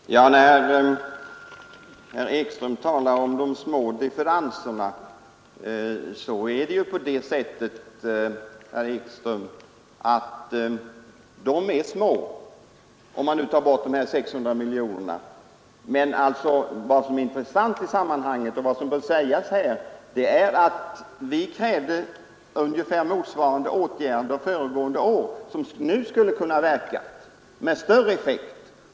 Herr talman! Herr Ekström talade om de små differenserna. Det är riktigt att differenserna är så små, om man bortser från de 600 miljonerna. Men vad som är intressant i sammanhanget är att vi föregående år krävde motsvarande åtgärder som, om de hade vidtagits då, skulle ha kunnat verka med desto större effekt nu.